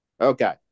Okay